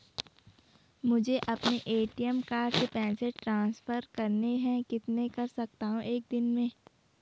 मुझे अपने ATM card से पैसे ट्रांसफर करने हैं कितने कर सकता हूँ एक दिन में?